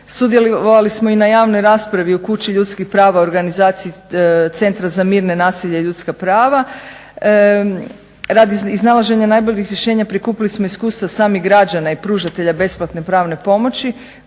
sudjelovali smo i na javnoj raspravi u kući ljudskih prava u organizaciji Centra za mir, nenasilje i ljudska prava. Radi iznalaženja najboljih rješenja prikupili smo iskustva samih građana i pružatelja besplatne pravne pomoći